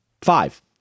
Five